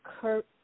Kurt